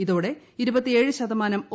ഇതോടെ ശതമാനം ഒ